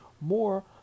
more